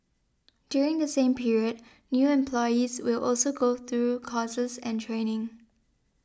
during the same period new employees will also go through courses and training